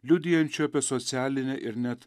liudijančių apie socialinę ir net